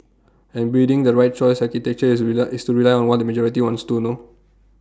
and building the right choice architecture is rely is to rely on what the majority wants to no